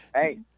Hey